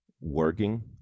working